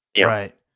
Right